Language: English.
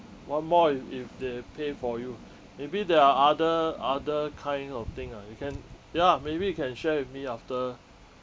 one more if if they pay for you maybe there are other other kind of thing ah you can ya maybe you can share with me after